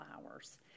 flowers